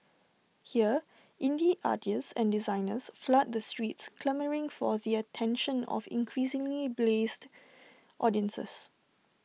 here indie artists and designers flood the streets clamouring for the attention of increasingly blase audiences